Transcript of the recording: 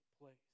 place